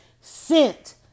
scent